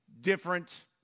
different